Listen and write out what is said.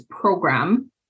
program